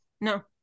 No